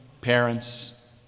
parents